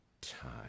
time